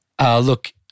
Look